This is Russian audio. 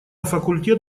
факультет